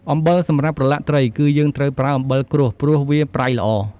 អំបិលសម្រាប់ប្រឡាក់ត្រី គឺយើងត្រូវប្រើអំបិលក្រួស ព្រោះវាប្រៃល្អ។